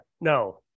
No